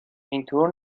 اینطور